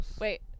Wait